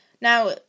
Now